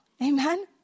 Amen